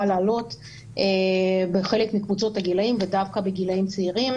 לעלות בחלק מקבוצות הגילאים ודווקא בגילאים צעירים,